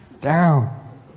down